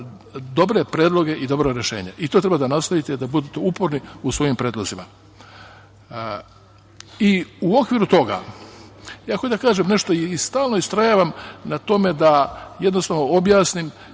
dobre predloge i dobra rešenja. To treba da nastavite, da budete uporni u svojim predlozima.U okviru toga, ja hoću da kažem nešto i stalno istrajavam na tome da jednostavno objasnim